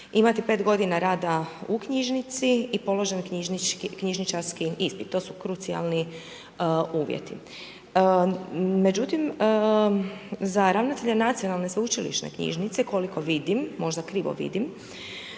imati 5 godina rada u knjižnici i položen knjižničarski ispit, to su krucijalni uvjeti. Međutim, za ravnatelja Nacionalne sveučilišne knjižnice koliko vidim, možda krivo vidim